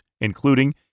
including